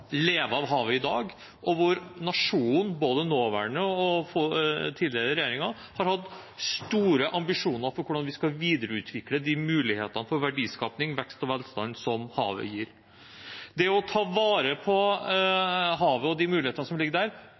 hatt store ambisjoner for hvordan vi skal videreutvikle de mulighetene for verdiskaping, vekst og velstand som havet gir. Det å ta vare på havet og de mulighetene som ligger der,